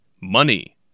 Money